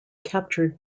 captured